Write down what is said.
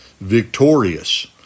victorious